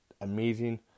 amazing